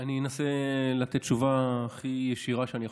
אני אנסה לתת תשובה הכי ישירה שאני יכול.